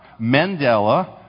Mandela